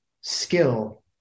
skill